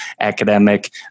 academic